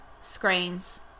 screens